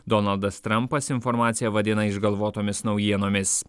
donaldas trampas informaciją vadina išgalvotomis naujienomis